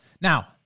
Now